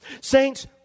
Saints